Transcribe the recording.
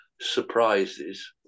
surprises